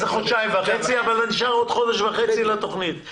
אז חודשיים וחצי אבל נשאר עוד חודש וחצי לתוכנית.